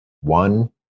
one